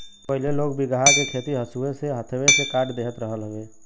पहिले लोग बीघहा के खेत हंसुआ से हाथवे से काट देत रहल हवे